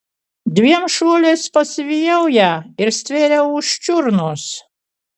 dviem šuoliais pasivijau ją ir stvėriau už čiurnos